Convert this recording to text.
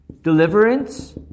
Deliverance